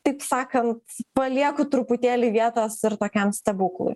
taip sakant palieku truputėlį vietos ir tokiam stebuklui